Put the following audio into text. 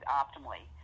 optimally